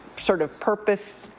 sort of purpose